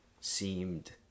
seemed